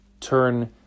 turn